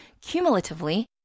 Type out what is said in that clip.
Cumulatively